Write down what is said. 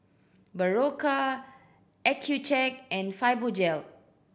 Berocca Accucheck and Fibogel